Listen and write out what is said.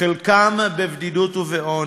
חלקם בבדידות ובעוני.